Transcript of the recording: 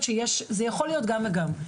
זה יכול להיות גם וגם.